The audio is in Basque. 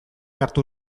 hartu